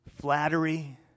flattery